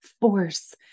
force